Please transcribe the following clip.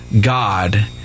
God